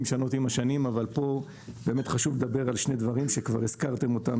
לשנות עם השנים אבל כאן באמת חשוב לדבר על שני דברים שכבר הזכרתם אותם